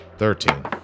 Thirteen